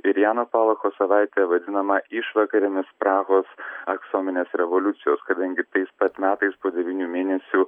ir jano palacho savaite vadinama išvakarėmis prahos aksominės revoliucijos kadangi tais pat metais po devynių mėnesių